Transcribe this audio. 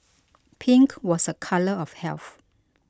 pink was a colour of health